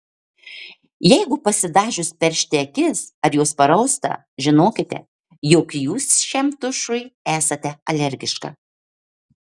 jeigu pasidažius peršti akis ar jos parausta žinokite jog jūs šiam tušui esate alergiška